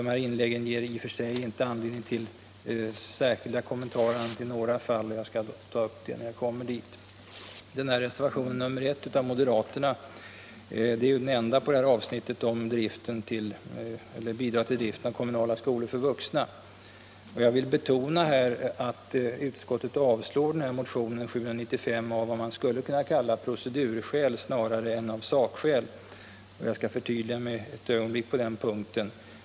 Dessa inlägg ger inte i och för sig anledning till särskilda kommentarer annat än i några fall, och jag skall ta upp dem när jag kommer dit. Reservationen 1 av moderaterna är den enda på avsnittet om bidrag till driften av kommunala skolor för vuxna. Jag vill betona att utskottet avstyrker motionen 795 av vad man skulle kunna kalla procedurskäl snarare än av sakskäl. Jag skall förtydliga mig på den punkten.